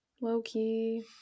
low-key